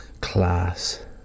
class